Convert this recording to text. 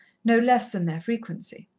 no less than their frequency.